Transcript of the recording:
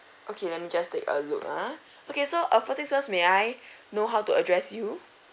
okay let me just take a look ah okay so uh first thing first may I know how to address you